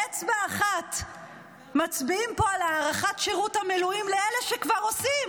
באצבע אחת מצביעים פה על הארכת שירות המילואים לאלה שכבר עושים,